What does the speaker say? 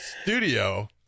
studio